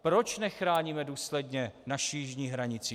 Proč nechráníme důsledně naši jižní hranici?